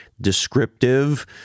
descriptive